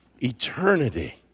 eternity